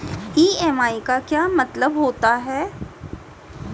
EMI का क्या मतलब होता है?